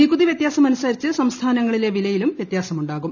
നികുതി വ്യത്യാസമനുസരിച്ച് സംസ്ഥാനങ്ങളിലെ വിലയിലും വൃത്യാസമുണ്ടാകും